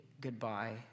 goodbye